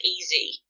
easy